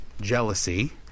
jealousy